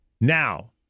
Now